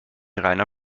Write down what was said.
reiner